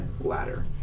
ladder